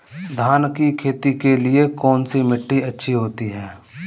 धान की खेती के लिए कौनसी मिट्टी अच्छी होती है?